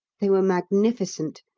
they were magnificent,